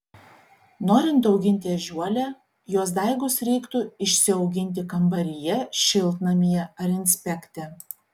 norint auginti ežiuolę jos daigus reiktų išsiauginti kambaryje šiltnamyje ar inspekte